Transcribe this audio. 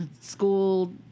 school